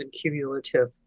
cumulative